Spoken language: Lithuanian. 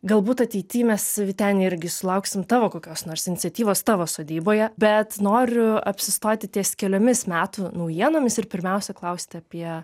galbūt ateity mes vyteni irgi sulauksim tavo kokios nors iniciatyvos tavo sodyboje bet noriu apsistoti ties keliomis metų naujienomis ir pirmiausia klausti apie